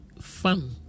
fun